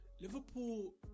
Liverpool